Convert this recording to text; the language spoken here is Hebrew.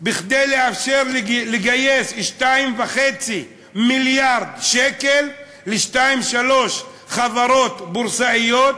כדי לאפשר לגייס 2.5 מיליארד שקל לשתיים-שלוש חברות בורסאיות,